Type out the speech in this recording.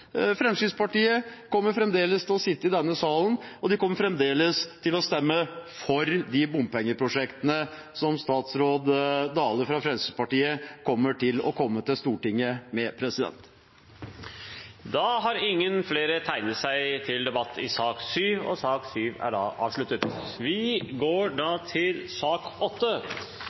Fremskrittspartiet kommer fremdeles til å sitte i denne salen, og de kommer fremdeles til å stemme for de bompengeprosjektene statsråd Dale fra Fremskrittspartiet kommer til å komme til Stortinget med. Flere har ikke bedt om ordet til sak